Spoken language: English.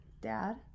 Dad